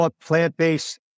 plant-based